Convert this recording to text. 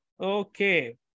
Okay